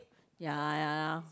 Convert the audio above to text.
ya ya ya